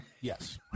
yes